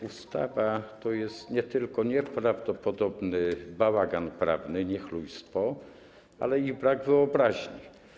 Ustawa to jest nie tylko nieprawdopodobny bałagan prawny, niechlujstwo, ale i brak wyobraźni.